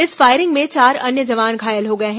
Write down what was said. इस फायरिंग में चार अन्य जवान घायल हो गए हैं